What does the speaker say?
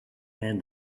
and